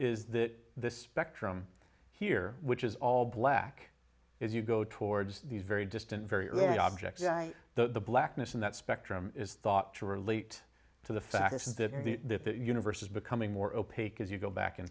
is that this spectrum here which is all black is you go towards these very distant very early objects the blackness in that spectrum is thought to relate to the fact is that the universe is becoming more opaque as you go back in